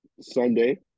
Sunday